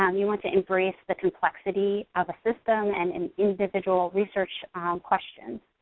um you want to embrace the complexity of a system and an individual research question.